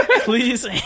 Please